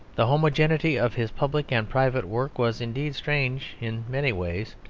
the homogeneity of his public and private work was indeed strange in many ways.